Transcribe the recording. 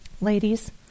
Ladies